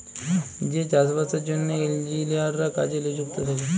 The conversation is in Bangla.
যে চাষ বাসের জ্যনহে ইলজিলিয়াররা কাজে লিযুক্ত থ্যাকে